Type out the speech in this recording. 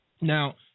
Now